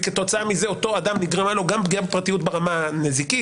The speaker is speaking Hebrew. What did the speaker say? וכתוצאה מזה לאותו אדם נגרמה גם פגיעה בפרטיות ברמה הנזיקית,